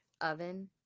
Oven